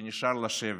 שנשאר לשבת.